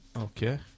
Okay